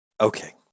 Okay